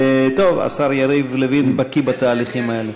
טוב, השר יריב לוין בקי בתהליכים האלה.